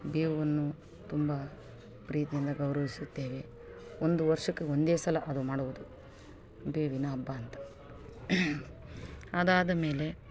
ಬೇವನ್ನು ತುಂಬ ಪ್ರೀತಿಯಿಂದ ಗೌರವಿಸುತ್ತೇವೆ ಒಂದು ವರ್ಷಕ್ಕೆ ಒಂದೇ ಸಲ ಅದು ಮಾಡುವುದು ಬೇವಿನ ಹಬ್ಬ ಅಂತ ಅದಾದ ಮೇಲೆ